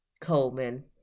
Coleman